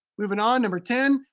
moving on, number ten,